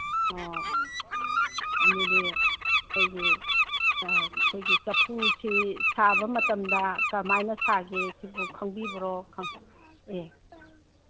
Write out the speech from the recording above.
ꯑꯣ ꯑꯗꯨꯗꯤ ꯑꯩꯒꯤ ꯑꯩꯈꯣꯏꯒꯤ ꯆꯐꯨꯁꯤ ꯁꯥꯕ ꯃꯇꯝꯗ ꯀꯔꯃꯥꯏꯅ ꯁꯥꯒꯦ ꯁꯤꯕꯨ ꯈꯪꯕꯤꯕ꯭ꯔꯣ ꯑꯦ